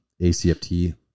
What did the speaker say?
ACFT